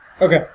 Okay